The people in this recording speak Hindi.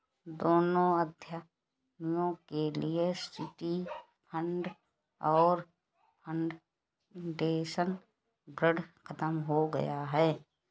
दोनों अध्ययनों के लिए सिटी फंड और फाउंडेशन ग्रांट खत्म हो गए हैं